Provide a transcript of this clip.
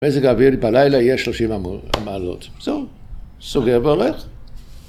מזג האוויר בלילה יהיה שלושים המעלות. זהו, סוגר והולך.